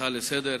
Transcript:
ההצעה לסדר-היום,